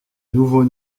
nouveau